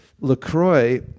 LaCroix